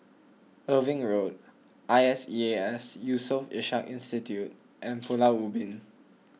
Irving Road I S E A S Yusof Ishak Institute and Pulau Ubin